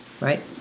right